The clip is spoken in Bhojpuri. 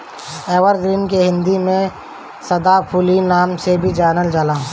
एवरग्रीन के हिंदी में सदाफुली नाम से जानल जाला